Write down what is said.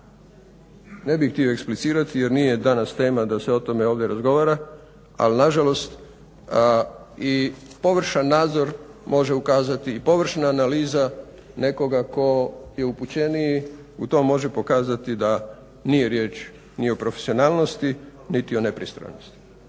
Ne bih htio eksplicirati jer nije danas tema da se o tome ovdje razgovara ali nažalost i površan nadzor može ukazati i površna analiza nekoga tko je upućeniji u to može pokazati da nije riječ ni o profesionalnosti niti o nepristranosti.